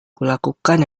kulakukan